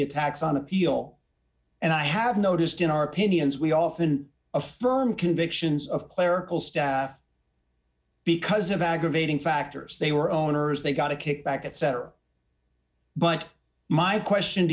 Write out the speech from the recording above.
attacks on appeal and i have noticed in our opinions we often a firm convictions of clerical staff because of aggravating factors they were owners they got a kickback etc but my question